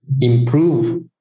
improve